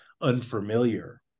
unfamiliar